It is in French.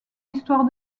histoire